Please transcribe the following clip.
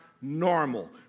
normal